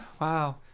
Wow